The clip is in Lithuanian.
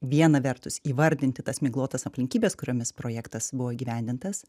viena vertus įvardinti tas miglotas aplinkybes kuriomis projektas buvo įgyvendintas